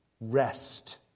rest